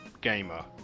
gamer